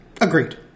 Agreed